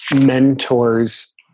mentors